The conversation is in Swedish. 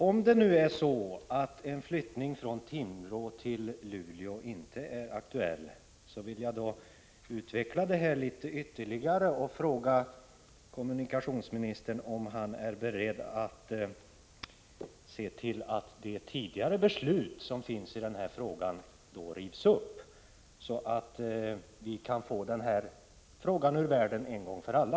Om det nu är så att en flyttning från Timrå till Luleå inte är aktuell vill jag utveckla resonemanget ytterligare och fråga kommunikationsministern om han är beredd att se till att de tidigare besluten i ärendet rivs upp, så att vi kan få den här frågan ur världen en gång för alla.